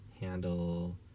handle